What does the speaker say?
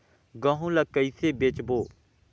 गहूं ला कइसे बेचबो?